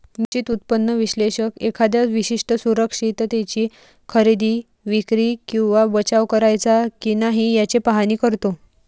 निश्चित उत्पन्न विश्लेषक एखाद्या विशिष्ट सुरक्षिततेची खरेदी, विक्री किंवा बचाव करायचा की नाही याचे पाहणी करतो